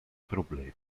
problemi